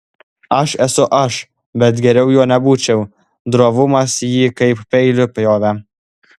aš esu aš bet geriau juo nebūčiau drovumas jį kaip peiliu pjovė